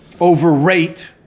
overrate